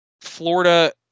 Florida